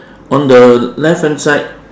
on the left hand side